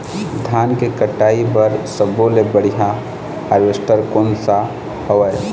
धान के कटाई बर सब्बो ले बढ़िया हारवेस्ट कोन सा हवए?